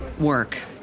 work